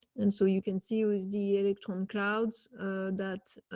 and so you can see with the electron crowds that,